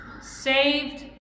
Saved